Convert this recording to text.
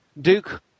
Duke